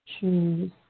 Choose